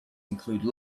include